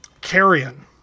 Carrion